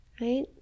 right